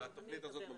אני אדבר על זה.